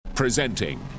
Presenting